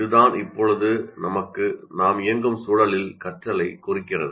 இதுதான் இப்போது நாம் இயங்கும் சூழலில் கற்றலைக் குறிக்கிறது